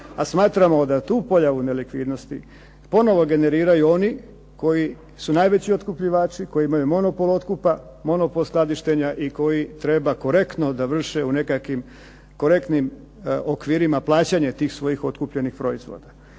a smatramo da tu pojavu nelikvidnosti ponovo generiraju oni koji su najveći otkupljivači, koji imaju monopol otkupa, monopol skladištenja i koji treba korektno da vrše u nekakvim korektnim okvirima plaćanja tih svojih otkupljenih proizvoda.